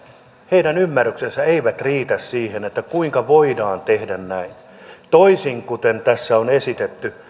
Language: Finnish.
heidän ymmärryksensä ei riitä siihen kuinka voidaan tehdä näin toisin kuin tässä on esitetty